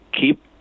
keep